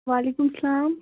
وعلیکُم سلام